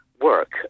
work